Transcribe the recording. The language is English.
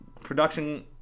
production